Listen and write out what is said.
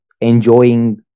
enjoying